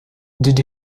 did